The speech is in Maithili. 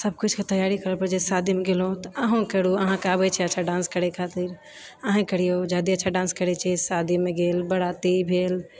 सब किछु के तैयारी करए पड़ैछै शादीमे गेलो हँ तऽ अहूँ करु अहाँकेँ आबैछै अच्छासँ डान्स करए खातिर अही करिऔ जादा अच्छा डान्स करए छिऐ शादीमे गेल बराती भेल